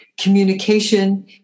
communication